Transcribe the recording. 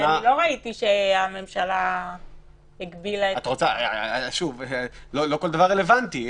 לא ראיתי שהממשלה הגבילה את --- לא כל דבר רלוונטי.